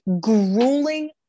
grueling